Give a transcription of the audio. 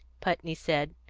putney said,